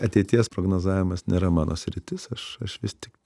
ateities prognozavimas nėra mano sritis aš aš vis tik